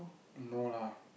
no lah